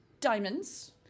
diamonds